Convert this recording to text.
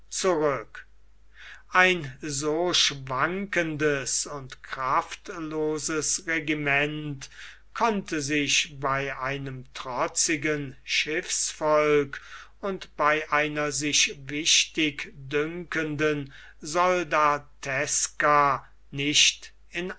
zurück ein so schwankendes und kraftloses regiment konnte sich bei einem trotzigen schiffsvolk und bei einer sich wichtig dünkenden soldateska nicht in